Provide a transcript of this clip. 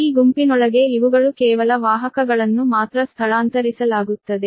ಈ ಗುಂಪಿನೊಳಗೆ ಇವುಗಳು ಕೇವಲ ವಾಹಕಗಳನ್ನು ಮಾತ್ರ ಸ್ಥಳಾಂತರಿಸಲಾಗುತ್ತದೆ